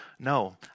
No